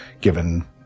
given